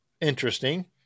interesting